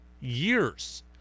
years